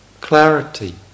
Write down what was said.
clarity